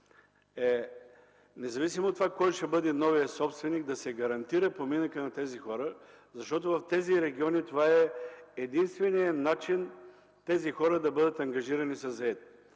независимо от това кой ще бъде новият собственик – да се гарантира поминъкът на тези хора. В тези региони това е единственият начин те да бъдат ангажирани със